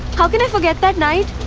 how can i forget that night?